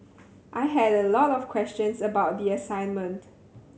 I had a lot of questions about the assignment